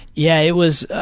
yeah, it was,